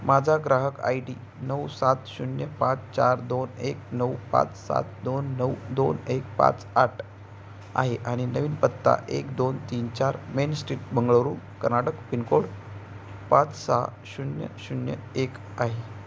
माझा ग्राहक I D नऊ सात शून्य पाच चार दोन एक नऊ पाच सात दोन नऊ दोन एक पाच आठ आहे आणि नवीन पत्ता एक दोन तीन चार main street Bengaluru Karnataka pin code पाच सहा शून्य शून्य एक आहे